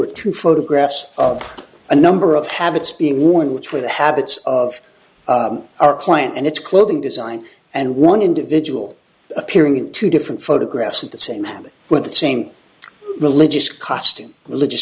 r two photographs of a number of habits being worn which were the habits of our client and it's clothing design and one individual appearing in two different photographs of the same family with the same religious custom religious